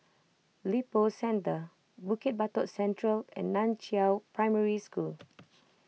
Lippo Centre Bukit Batok Central and Nan Chiau Primary School